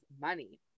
money